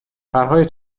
پرهای